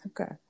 okay